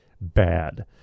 bad